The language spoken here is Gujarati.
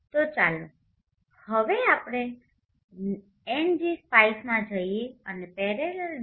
તો ચાલો હવે આપણે Ngspice માં જઈએ અને parallel